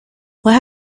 what